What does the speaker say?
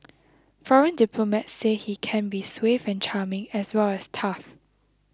foreign diplomats say he can be suave and charming as well as tough